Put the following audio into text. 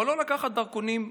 אבל לא לקחת דרכונים,